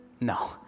no